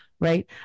right